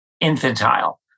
infantile